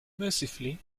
mercifully